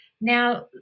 Now